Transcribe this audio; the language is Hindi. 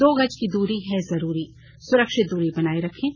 दो गज की दूरी है जरूरी सुरक्षित दूरी बनाए रखें